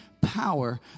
power